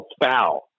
foul